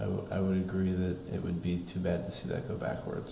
all i would agree that it would be too bad that go backwards